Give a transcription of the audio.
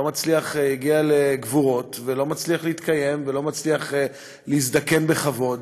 הגיע לגבורות ולא מצליח להתקיים ולהזדקן בכבוד.